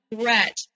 threat